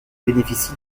bénéficie